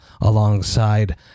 alongside